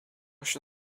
się